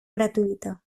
gratuïta